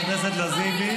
חברת הכנסת לזימי.